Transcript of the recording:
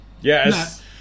Yes